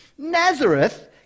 Nazareth